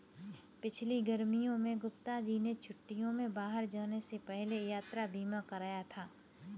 पिछली गर्मियों में गुप्ता जी ने छुट्टियों में बाहर जाने से पहले यात्रा बीमा कराया था